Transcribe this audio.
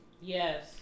Yes